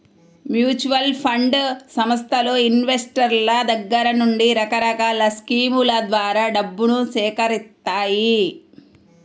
mutual fund సంస్థలు ఇన్వెస్టర్ల దగ్గర నుండి రకరకాల స్కీముల ద్వారా డబ్బును సేకరిత్తాయి